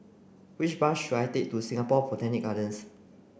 which bus should I take to Singapore Botanic Gardens